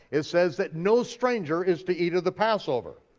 it says that no stranger is to eat of the passover.